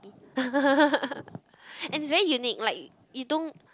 and is very unique like you don't